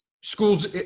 schools